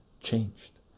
changed